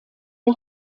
der